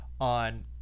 on